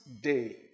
day